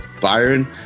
Byron